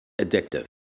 addictive